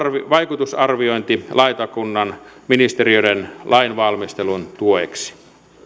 vaikutusarviointilautakunnan ministeriöiden lainvalmistelun tueksi